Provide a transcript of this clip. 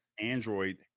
Android